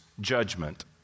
judgment